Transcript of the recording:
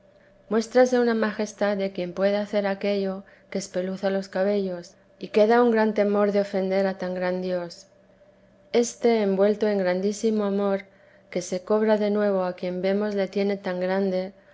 muéstrase una majestad de quien puede hacer aquello que espeluza los cabellos y queda un gran temor de ofender a tan gran dios este envuelto en grandísimo amor que se cobra de nuevo a quien vemos le tiene tan grande